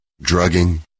drugging